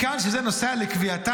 מכאן שזה נושא הנתון לקביעתם,